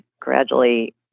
gradually